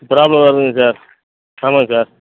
problem வருதுங்க sir ஆமாங்க sir